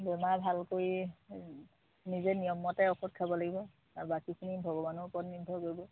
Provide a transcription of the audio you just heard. বেমাৰ ভাল কৰি নিজে নিয়মমতে ঔষধ খাব লাগিব আৰু বাকীখিনি ভগৱানৰ ওপৰত নিৰ্ভৰ কৰিব